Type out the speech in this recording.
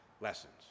lessons